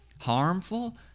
harmful